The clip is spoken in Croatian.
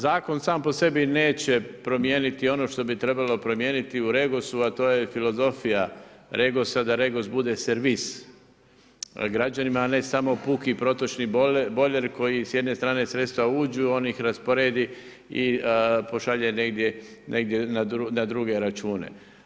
Zakon sam po sebi neće promijeniti, ono što bi trebalo promijeniti u REGOS-u a to je filozofija REGOS-a da REGOS bude servis građanima, a ne samo puki protočni bojler, koji s jedne strane sredstva uđu, on ih raspredi i pošalje negdje na druge račune.